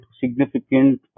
significant